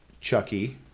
Chucky